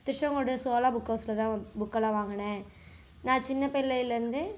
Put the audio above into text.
Tiruchengode Chola book ஹவுஸில் தான் புக்கெல்லாம் வாங்கினேன் நான் சின்னப்பிள்ளையிலேருந்து